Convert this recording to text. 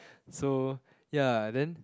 so ya then